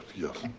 yes.